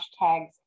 Hashtags